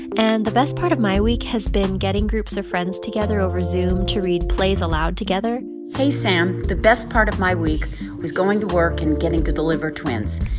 and the best part of my week has been getting groups of friends together over zoom to read plays aloud together hey, sam. the best part of my week was going to work and getting to deliver twins.